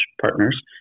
partners